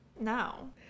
No